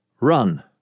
run